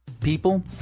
People